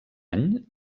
any